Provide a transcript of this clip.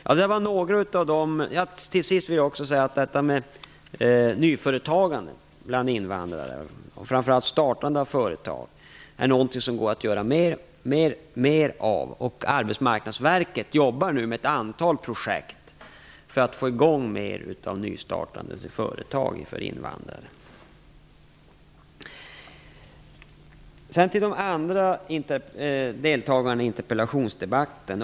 Detta med nyföretagande, och framför allt startande av företag, bland invandrare är någonting som det går att göra mera av. Arbetsmarknadsverket arbetar nu med ett antal projekt för att få i gång mera av nystartande av företag när det gäller invandrare.